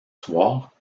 soir